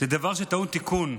זה דבר שטעון תיקון.